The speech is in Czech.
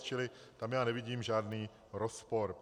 Čili tam já nevidím žádný rozpor.